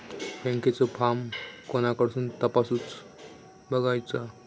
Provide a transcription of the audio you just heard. बँकेचो फार्म कोणाकडसून तपासूच बगायचा?